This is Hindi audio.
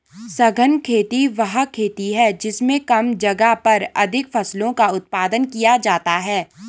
सघन खेती वह खेती है जिसमें कम जगह पर अधिक फसलों का उत्पादन किया जाता है